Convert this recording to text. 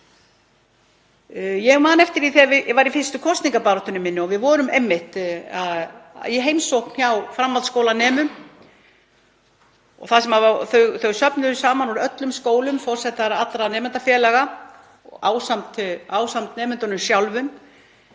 Ég man eftir því þegar ég var í fyrstu kosningabaráttunni minni og við vorum einmitt í heimsókn hjá framhaldsskólanemum. Þau söfnuðust saman úr öllum skólum, forsetar allra nemendafélaga ásamt nemendunum sjálfum,